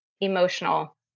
emotional